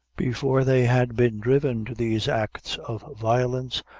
before they had been driven to these acts of violence,